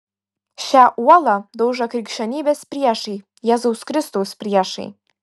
šią uolą daužo krikščionybės priešai jėzaus kristaus priešai